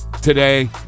Today